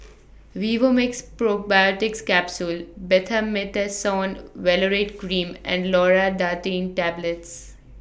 Vivomixx Probiotics Capsule Betamethasone Valerate Cream and Loratadine Tablets